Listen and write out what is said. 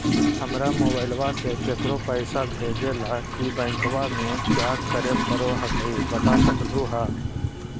हमरा मोबाइलवा से केकरो पैसा भेजे ला की बैंकवा में क्या करे परो हकाई बता सकलुहा?